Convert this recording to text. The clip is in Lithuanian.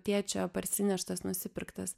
tėčio parsineštas nusipirktas